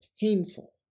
painful